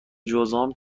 جذام